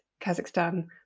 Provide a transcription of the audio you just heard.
Kazakhstan